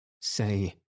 Say